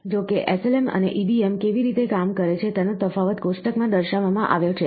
જો કે SLM અને EBM કેવી રીતે કામ કરે છે તેનો તફાવત કોષ્ટકમાં દર્શાવવામાં આવ્યો છે